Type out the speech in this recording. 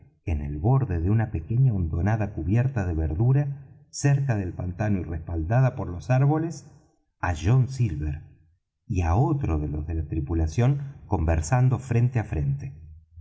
en el borde de una pequeña hondonada cubierta de verdura cerca del pantano y respaldada por los árboles á john silver y á otro de los de la tripulación conversando frente á frente